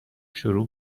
شروع